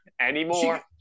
anymore